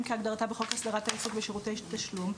כהגדרתה בחוק הסדרת העיסוק בשירותי תשלום.